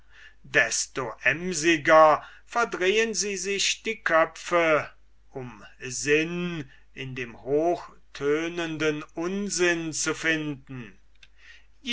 desto emsiger verdrehen sie sich die köpfe um sinn in dem hochtönenden unsinn zu finden